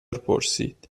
پرسید